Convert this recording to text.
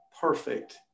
perfect